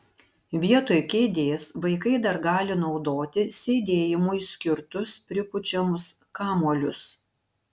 vietoj kėdės vaikai dar gali naudoti sėdėjimui skirtus pripučiamus kamuolius